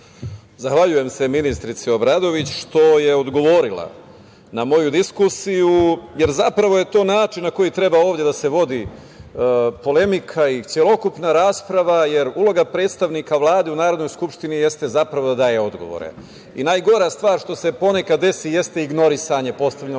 Zahvaljujem se ministarki Obradović, što je odgovorila na moju diskusiju, jer je zapravo to način na koji treba ovde da se vodi polemika i celokupna rasprava, jer uloga predstavnika Vlade u Narodnoj skupštini jeste da daje odgovore. Najgora stvar, što se ponekad desi, jeste ignorisanja postavljenog pitanja,